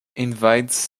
invades